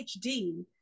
PhD